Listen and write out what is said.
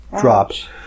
drops